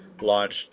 launched